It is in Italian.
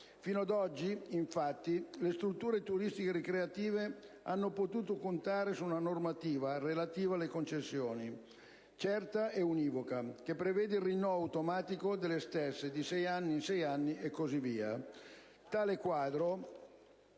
Fino ad oggi, infatti, le strutture turistico-ricreative hanno potuto contare su una normativa relativa alle concessioni certa e univoca, che prevede il rinnovo automatico delle stesse di sei anni in sei anni e così via. Tale quadro